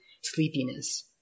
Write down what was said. sleepiness